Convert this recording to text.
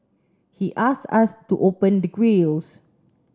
he asked us to open the grilles